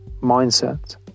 mindset